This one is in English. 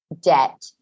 debt